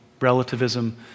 Relativism